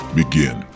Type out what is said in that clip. begin